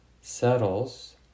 settles